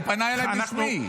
הוא פנה אליי בשמי.